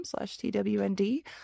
twnd